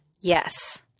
Yes